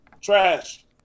Trash